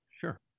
Sure